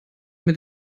mit